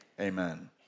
Amen